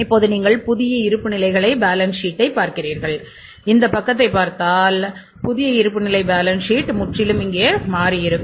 இப்போது நீங்கள் புதிய இருப்புநிலைகளைப் பேலன்ஸ் ஷீட் முற்றிலும் இங்கே மாறி இருக்கும்